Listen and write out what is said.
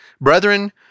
brethren